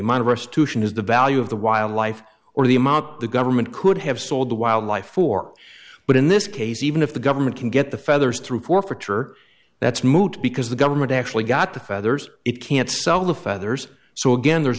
is the value of the wildlife or the amount the government could have sold the wildlife for but in this case even if the government can get the feathers through forfeiture that's moot because the government actually got the feathers it can't sell the feathers so again there's